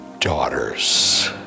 daughters